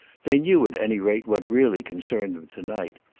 they knew at any rate what really concerned them to-night,